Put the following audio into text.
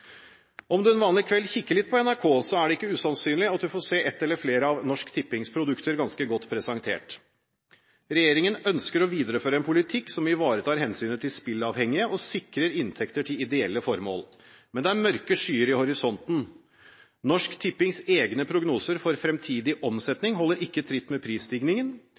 Om du en vanlig kveld kikker litt på NRK, er det ikke usannsynlig at du får se et eller flere av Norsk Tippings produkter ganske godt presentert. Regjeringen ønsker å videreføre en politikk som ivaretar hensynet til spilleavhengige og sikrer inntekter til ideelle formål. Men det er mørke skyer i horisonten. Norsk Tippings egne prognoser for framtidig omsetning holder ikke tritt med prisstigningen.